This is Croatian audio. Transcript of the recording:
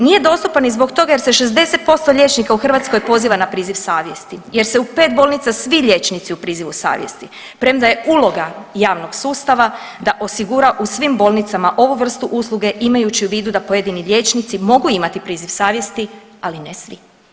Nije dostupan ni zbog toga jer se 60% liječnika u Hrvatskoj poziva na priziv savjesti, jer se u 5 bolnica svi liječnici u prizivu savjesti premda je uloga javnog sustava da osigura u svim bolnicama ovu vrstu usluge imajući u vidu da pojedini liječnici mogu imati priziv savjesti, ali ne svi.